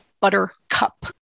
buttercup